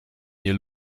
nie